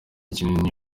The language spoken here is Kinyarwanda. kinini